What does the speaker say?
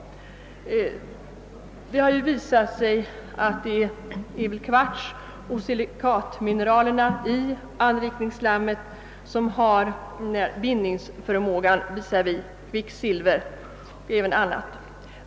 Det har visat sig att det är kvartsoch . silikatmineralerna i anrikningsslammet som har förmågan att binda kvicksilver och även andra. ämnen.